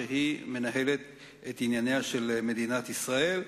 שהיא מנהלת את ענייניה של מדינת ישראל,